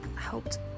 helped